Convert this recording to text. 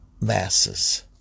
masses